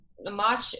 March